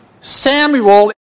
Samuel